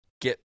get